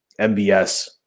MBS